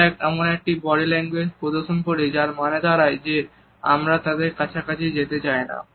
আমরা এমন একটি বডি ল্যাঙ্গুয়েজ প্রদর্শন করি যার মানে দাঁড়ায় যে আমরা তাদের কাছাকাছি যেতে চাই না